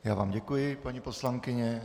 Já vám děkuji, paní poslankyně.